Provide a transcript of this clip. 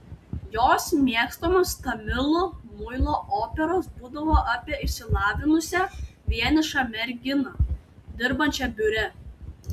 jos mėgstamos tamilų muilo operos būdavo apie išsilavinusią vienišą merginą dirbančią biure